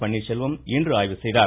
பன்னீர்செல்வம் இன்று ஆய்வு செய்தார்